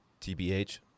tbh